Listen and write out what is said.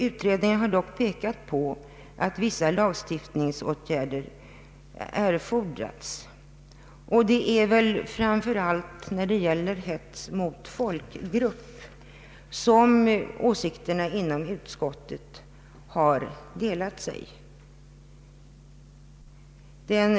Utredningen har dock pekat på att vissa lagstiftningsåtgärder erfordras. Det är framför allt när det gäller hets mot folkgrupp som åsikterna inom utskottet har delat sig.